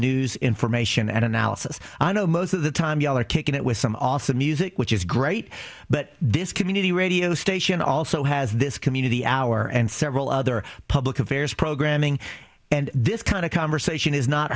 news information and analysis i know most of the time ya'll are kicking it with some awesome music which is great but this community radio station also has this community hour and several other public affairs programming and this kind of conversation is not